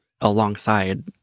alongside